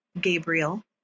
Gabriel